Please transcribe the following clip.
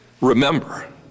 Remember